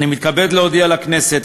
אני מתכבד להודיע לכנסת,